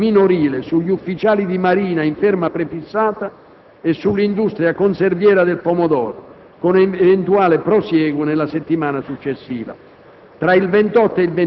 sull'accattonaggio minorile, sugli ufficiali di Marina in ferma prefissata e sull'industria conserviera del pomodoro, con eventuale prosieguo nella settimana successiva.